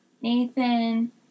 Nathan